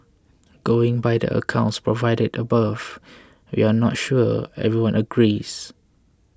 going by the accounts provided above we're not sure everyone agrees